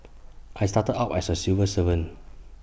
I started out as A civil servant